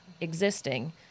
existing